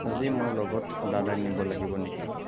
আজি মই লগত দাদাক নিব লাগিব নেকি